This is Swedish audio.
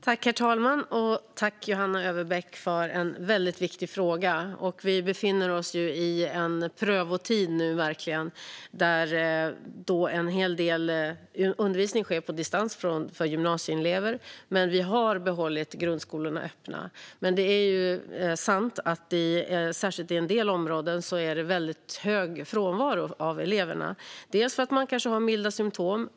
Herr talman! Jag tackar Johanna Öfverbeck för en mycket viktig fråga. Vi befinner oss verkligen i en prövotid då en hel del undervisning sker på distans för gymnasieelever. Men vi har behållit grundskolorna öppna. Det är sant att det särskilt i en del områden är mycket stor frånvaro bland eleverna. I en del fall är det kanske för att de har milda symtom.